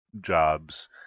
jobs